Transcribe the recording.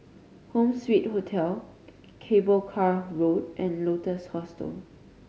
Home Suite Hotel Cable Car Road and Lotus Hostel